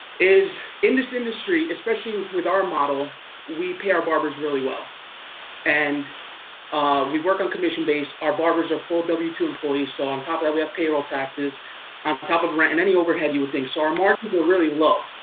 is in this industry, especially with our model, we pay our barbers really well and we work on commission base. our barbers are full w two employees. so on top of that we have payroll taxes on top of rent and any overhead you would think. so our margins were really low.